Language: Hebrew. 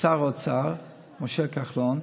לשר האוצר משה כחלון,